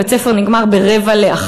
בית-ספר נגמר ב-12:45,